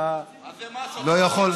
אתה לא יכול,